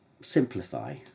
simplify